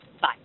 Bye